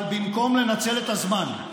אבל במקום לנצל את הזמן,